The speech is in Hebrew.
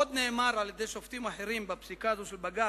עוד נאמר, על-ידי שופטים אחרים, בפסיקה של בג"ץ: